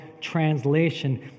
translation